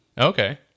Okay